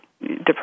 depression